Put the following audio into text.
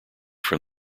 from